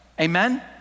Amen